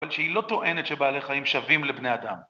אבל שהיא לא טוענת שבעלי חיים שווים לבני אדם.